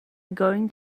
going